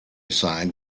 signed